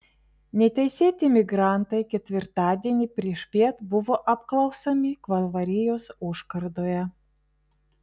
neteisėti migrantai ketvirtadienį priešpiet buvo apklausiami kalvarijos užkardoje